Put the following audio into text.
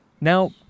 Now